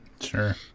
Sure